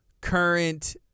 current